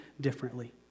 differently